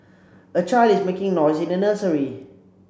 a child is making noise in a nursery